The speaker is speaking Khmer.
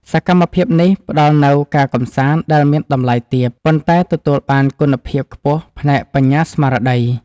សកម្មភាពនេះផ្ដល់នូវការកម្សាន្តដែលមានតម្លៃទាប ប៉ុន្តែទទួលបានគុណភាពខ្ពស់ផ្នែកបញ្ញាស្មារតី។